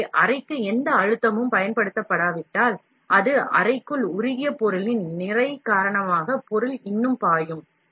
எனவே அறைக்கு எந்த அழுத்தமும் பயன்படுத்தப்படாவிட்டால் அது அறைக்குள் உருகிய பொருளின் நிறை காரணமாக பொருள் இன்னும் பாயும்